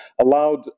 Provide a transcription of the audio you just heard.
allowed